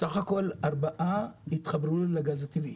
סך הכול ארבעה התחברו לגז הטבעי.